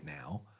now